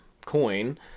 coin